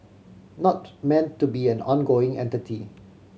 not meant to be an ongoing entity